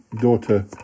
daughter